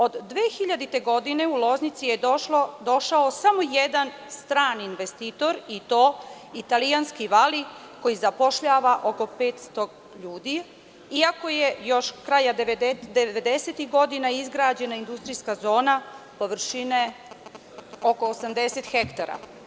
Od 2000. godine u Loznici je došao samo jedan strani investitor, i to italijanski „Vali“, koja zapošljava oko 500 ljudi, iako je krajem 90-ih godina izgrađena industrijska zona površine oko 80 hektara.